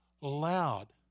loud